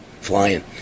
Flying